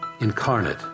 incarnate